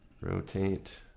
rotate